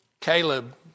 Caleb